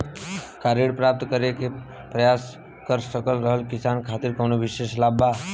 का ऋण प्राप्त करे के प्रयास कर रहल किसान खातिर कउनो विशेष लाभ बा?